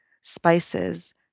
spices